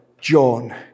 John